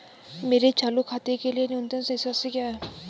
मेरे चालू खाते के लिए न्यूनतम शेष राशि क्या है?